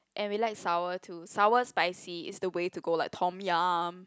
and we like sour too sour spicy is the way to go like Tom-Yum